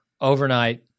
overnight